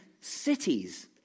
cities